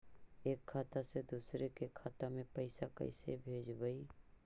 एक खाता से दुसर के खाता में पैसा कैसे भेजबइ?